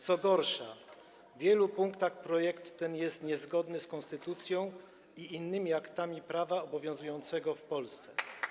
Co gorsza, w wielu punktach projekt ten jest niezgodny z konstytucją i innymi aktami prawa obowiązującego w Polsce.